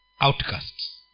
outcasts